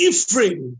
Ephraim